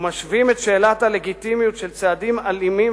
ומשווים את שאלת הלגיטימיות של צעדים אלימים